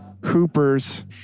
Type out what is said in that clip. Cooper's